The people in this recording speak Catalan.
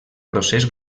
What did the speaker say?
procés